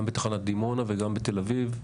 גם בתחנת דימונה וגם בתל אביב.